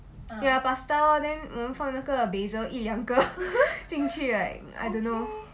ya pasta lor then 我们放那个 basil 一两个进去 right I don't know